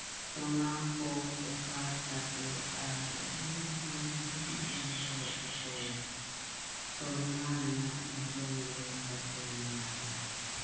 ᱛᱚᱱᱟᱠᱚ offer ᱠᱟᱛᱮᱫ ᱟᱨ D C B ᱤ ᱫᱚ ᱚᱠᱚᱭᱟᱜ ᱛᱚᱞᱢᱟ ᱨᱮᱱᱟᱜ ᱫᱷᱚᱨᱚᱱ ᱞᱮᱠᱟᱛᱮ ᱢᱮᱱᱟᱜᱼᱟ